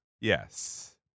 yes